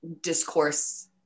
Discourse